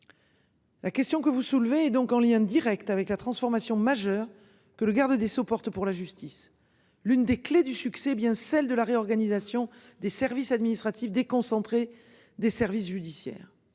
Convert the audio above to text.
La question que vous soulevez donc en lien Direct avec la transformation majeure que le garde des Sceaux porte pour la justice. L'une des clés du succès bien celle de la réorganisation des services administratifs déconcentrée. Des services judiciaires.